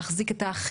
המשטרה,